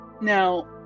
now